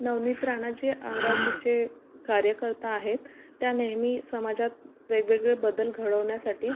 नवनीत राना जे अमरावतीचे कार्यकर्ता आहेत त्या नेहमी समाजात वेगवेगळे बदल घडवण्यासाठी